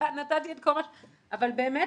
אבל באמת,